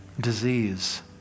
disease